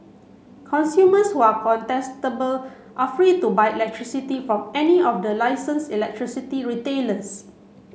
consumers who are contestable are free to buy electricity from any of the licensed electricity retailers